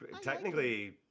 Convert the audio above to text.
Technically